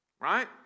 Right